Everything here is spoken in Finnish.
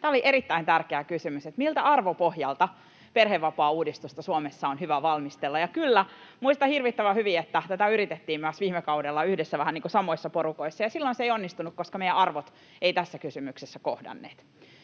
Tämä oli erittäin tärkeä kysymys, että miltä arvopohjalta perhevapaauudistusta Suomessa on hyvä valmistella, ja kyllä, muistan hirvittävän hyvin, että tätä yritettiin myös viime kaudella yhdessä vähän niin kuin samoissa porukoissa, ja silloin se ei onnistunut, koska meidän arvomme eivät tässä kysymyksessä kohdanneet.